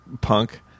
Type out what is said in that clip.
punk